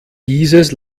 dieses